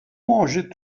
mangeait